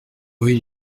rue